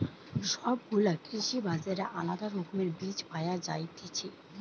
সব গুলা কৃষি বাজারে আলদা রকমের বীজ পায়া যায়তিছে